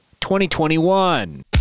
2021